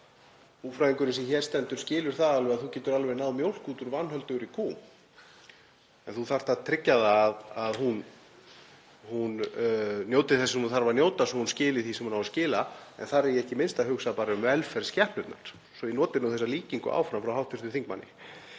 Búfræðingurinn sem hér stendur skilur það að þú getur alveg náð mjólk út úr vanhöldugri kú en þú þarft að tryggja að hún njóti þess sem hún þarf að njóta svo að hún skili því sem hún á að skila. Þar er ég ekki minnst að hugsa bara um velferð skepnunnar, svo að ég noti nú þessa líkingu áfram frá hv. þingmanni.